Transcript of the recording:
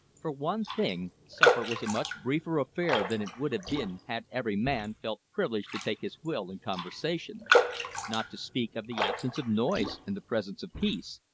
for one thing, supper was a much briefer affair than it would have been had every man felt privileged to take his will in conversation not to speak of the absence of noise and the presence of peace.